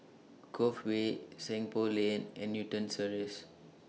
Cove Way Seng Poh Lane and Newton Cirus